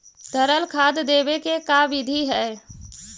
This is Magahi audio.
तरल खाद देने के का बिधि है?